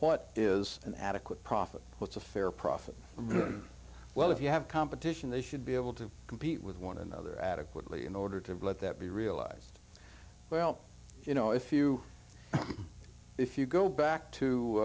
what is an adequate profit what's a fair profit for moon well if you have competition they should be able to compete with one another adequately in order to let that be realized well you know if you if you go back